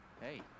hey